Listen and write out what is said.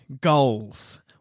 goals